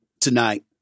tonight